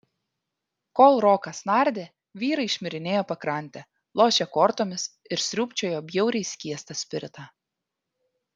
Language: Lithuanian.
kol rokas nardė vyrai šmirinėjo pakrante lošė kortomis ir sriūbčiojo bjauriai skiestą spiritą